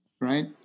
right